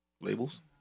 Labels